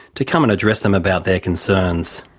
to come and address them about their concerns.